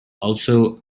also